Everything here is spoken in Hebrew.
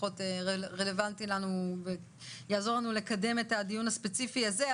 פחות רלבנטי לנו ויעזור לנו לקדם את הדיון הספציפי הזה.